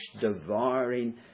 Devouring